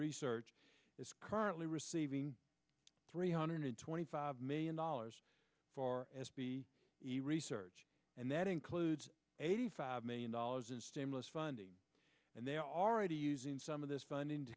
research is currently receiving three hundred twenty five million dollars for e research and that includes eighty five million dollars in stimulus funding and they're already using some of this funding to